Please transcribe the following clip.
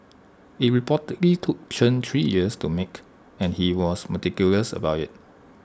IT reportedly took Chen three years to make and he was meticulous about IT